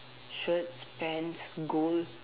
shirts pants gold